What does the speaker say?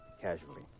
casually